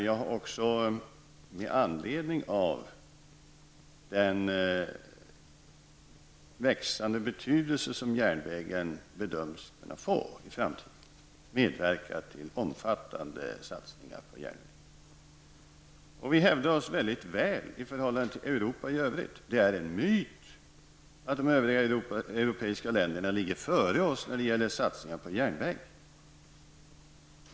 Jag har också, med anledning av den betydelse som järnvägen bedöms kunna få i framtiden, medverkat till omfattande satsningar på järnvägen. Vi hävdar oss väldigt bra i förhållande till Europa i övrigt. Det är en myt att de övriga europeiska länderna ligger före oss när det gäller satsningar på järnväg.